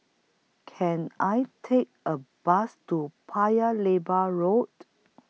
Can I Take A Bus to Paya Lebar Road